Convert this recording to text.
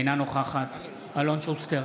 אינה נוכחת אלון שוסטר,